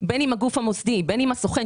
בין עם הגוף המוסדי ובין עם הסוכן.